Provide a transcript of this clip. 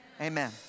Amen